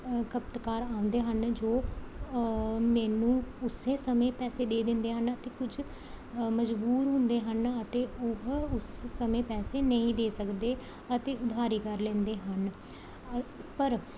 ਖਪਤਕਾਰ ਆਉਂਦੇ ਹਨ ਜੋ ਮੈਨੂੰ ਉਸੇ ਸਮੇਂ ਪੈਸੇ ਦੇ ਦਿੰਦੇ ਹਨ ਅਤੇ ਕੁਝ ਅ ਮਜ਼ਬੂਰ ਹੁੰਦੇ ਹਨ ਅਤੇ ਉਹ ਉਸ ਸਮੇਂ ਪੈਸੇ ਨਹੀਂ ਦੇ ਸਕਦੇ ਅਤੇ ਉਧਾਰੀ ਕਰ ਲੈਂਦੇ ਹਨ ਅ ਪਰ